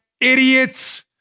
idiots